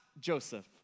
Joseph